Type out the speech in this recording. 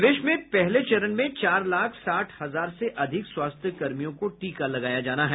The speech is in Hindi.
प्रदेश में पहले चरण में चार लाख साठ हजार से अधिक स्वास्थकर्मियों को टीका लगाया जाना है